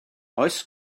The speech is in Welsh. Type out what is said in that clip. oes